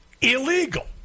illegal